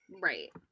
Right